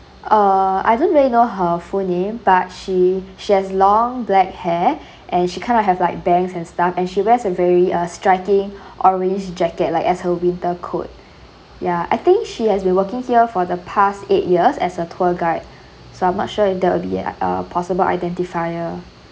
uh I don't really know her full name but she she has long black hair and she kind of have like bands and stuff and she wears a very uh striking orange jacket like as her winter coat ya I think she has been working here for the past eight years as a tour guide so I'm not sure if that will be a possible identifier